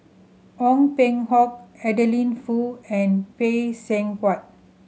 Ong Peng Hock Adeline Foo and Phay Seng Whatt